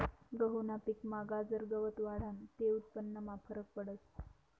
गहूना पिकमा गाजर गवत वाढनं ते उत्पन्नमा फरक पडस